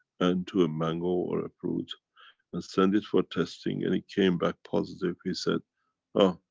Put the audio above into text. and to a mango, or or a fruit and send it for testing, and it came back positive. he said ah,